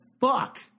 fuck